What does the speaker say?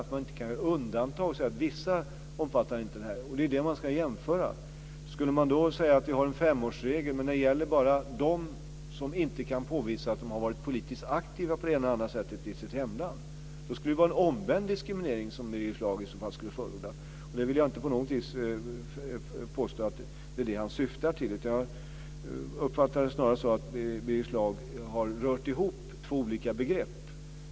Det går inte att göra undantag och säga att vissa inte omfattas av detta. Det är det som ska jämföras. Ska vi då säga att vi har en femårsregel, men att den gäller bara dem som inte kan påvisa att de har varit politiskt aktiva på det ena eller andra sättet i sitt hemland? Då skulle Birger Schlaug i så fall förorda en omvänd diskriminering. Nu vill jag inte på något sätt påstå att det är det han syftar till. Jag uppfattar det snarare så att Birger Schlaug har rört ihop två olika begrepp.